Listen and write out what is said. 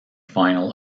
final